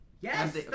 Yes